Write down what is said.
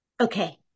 Okay